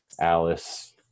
alice